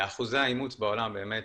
אחוזי האימוץ בעולם באמת,